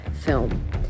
film